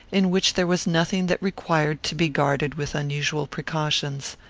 in which there was nothing that required to be guarded with unusual precautions.